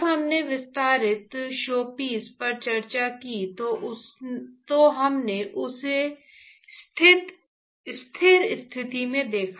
जब हमने विस्तारित शोपीस पर चर्चा की तो हमने उसे स्थिर स्थिति में देखा